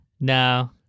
no